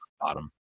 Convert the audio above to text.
bottom